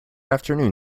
afternoon